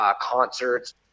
concerts